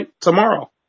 tomorrow